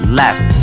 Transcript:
left